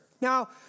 Now